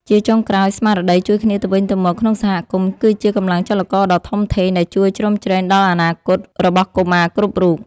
ជាចុងក្រោយ ស្មារតីជួយគ្នាទៅវិញទៅមកក្នុងសហគមន៍គឺជាកម្លាំងចលករដ៏ធំធេងដែលជួយជ្រោមជ្រែងដល់អនាគតរបស់កុមារគ្រប់រូប។